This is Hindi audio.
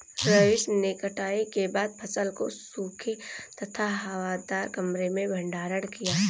रवीश ने कटाई के बाद फसल को सूखे तथा हवादार कमरे में भंडारण किया